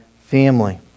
family